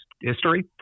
history